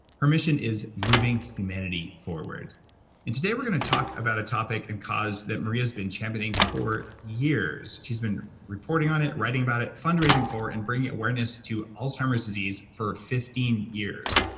her mission is moving humanity forward and today we're gonna talk about a topic, and cause, that maria's been championing for years. she's been reporting on it, writing about it, fundraising for it, and bringing awareness to alzheimer's disease for fifteen years,